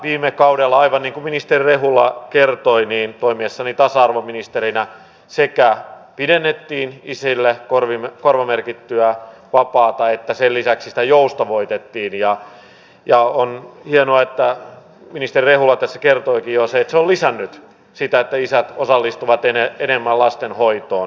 viime kaudella aivan niin kuin ministeri rehula kertoi toimiessani tasa arvoministerinä sekä pidennettiin isille korvamerkittyä vapaata että sen lisäksi sitä joustavoitettiin ja on hienoa että ministeri rehula tässä kertoikin jo sen se on lisännyt sitä että isät osallistuvat enemmän lastenhoitoon